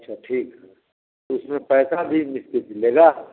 अच्छा ठीक उसमें पैसा भी कुछ लेगा